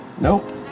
nope